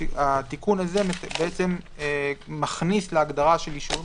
התיקון הזה מכניס להגדרה של אישורים